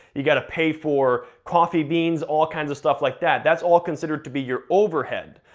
you gotta pay for coffee beans, all kinds of stuff like that, that's all considered to be your overhead.